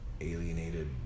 alienated